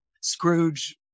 Scrooge